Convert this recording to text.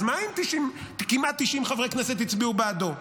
אז מה אם כמעט 90 חברי כנסת הצביעו בעדו?